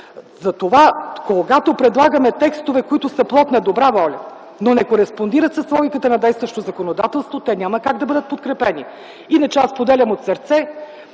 Затова, когато предлагаме текстове, които са плод на добра воля, но не кореспондират с логиката на действащото законодателство, те няма как да бъдат подкрепени. Иначе аз споделям от сърце